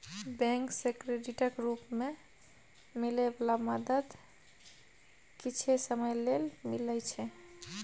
bank सँ क्रेडिटक रूप मे मिलै बला मदद किछे समय लेल मिलइ छै